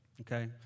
Okay